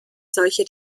solche